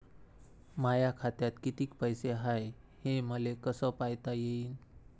माया खात्यात कितीक पैसे हाय, हे मले कस पायता येईन?